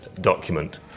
document